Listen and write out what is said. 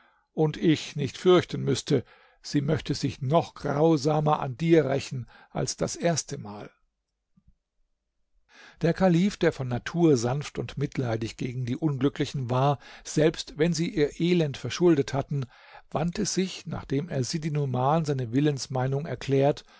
und ich nicht fürchten müßte sie möchte sich noch grausamer an dir rächen als das erste mal der kalif der von natur sanft und mitleidig gegen die unglücklichen war selbst wenn sie ihr elend verschuldet hatten wandte sich nachdem er sidi numan seine willensmeinung erklärt